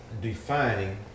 defining